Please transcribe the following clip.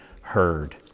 heard